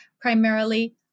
primarily